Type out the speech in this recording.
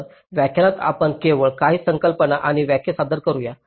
तर या व्याख्यानात आपण केवळ काही संकल्पना आणि व्याख्या सादर करूया